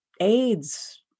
AIDS